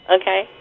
Okay